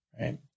Right